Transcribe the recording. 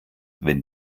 wenn